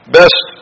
best